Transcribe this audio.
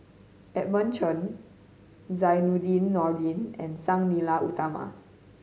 Edmund Chen Zainudin Nordin and Sang Nila Utama